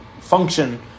Function